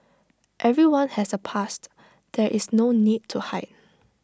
everyone has A past there is no need to hide